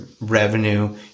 revenue